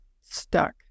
stuck